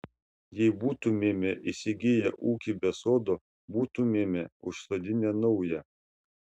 jei būtumėme įsigiję ūkį be sodo būtumėme užsodinę naują